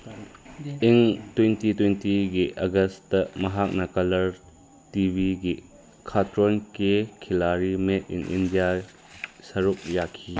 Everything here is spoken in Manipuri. ꯏꯪ ꯇ꯭ꯋꯦꯟꯇꯤ ꯇ꯭ꯋꯦꯟꯇꯤꯒꯤ ꯑꯥꯒꯁꯇ ꯃꯍꯥꯛꯅ ꯀꯂꯔ ꯇꯤꯚꯤꯒꯤ ꯈꯥꯇ꯭ꯔꯣꯟ ꯀꯦ ꯈꯤꯜꯂꯥꯔꯤ ꯃꯦ ꯏꯟ ꯏꯟꯗꯤꯌꯥꯗ ꯁꯔꯨꯛ ꯌꯥꯈꯤ